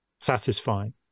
satisfying